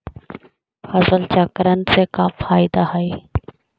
फसल चक्रण से का फ़ायदा हई?